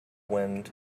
wind